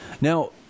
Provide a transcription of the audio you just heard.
Now